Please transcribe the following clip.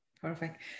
Perfect